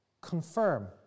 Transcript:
confirm